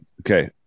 okay